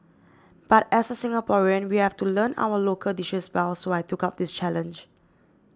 but as a Singaporean we have to learn our local dishes well so I took up this challenge